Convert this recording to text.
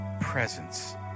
presence